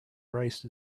rice